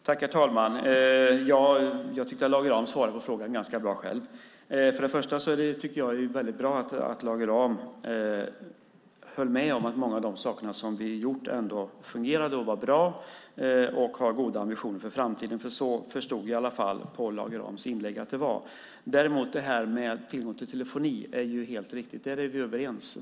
Herr talman! Jag tycker att Lage Rahm svarade på frågan ganska bra själv. Först och främst är det bra att Lage Rahm höll med om att många av de saker som vi har gjort ändå fungerar och är bra och att vi har goda ambitioner för framtiden. Så förstod jag i alla fall av Lage Rahms inlägg att det var. Vi är helt överens när det gäller tillgång till telefoni; det är helt riktigt.